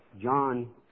John